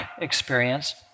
experience